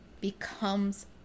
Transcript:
becomes